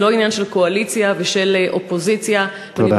זה לא עניין של קואליציה ושל אופוזיציה, תודה.